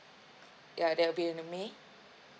ya there will be in uh may